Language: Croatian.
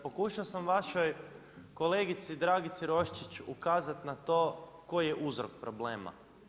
Pokušao sam vašoj kolegici Dragici Roščić ukazati na to koji je uzrok problema.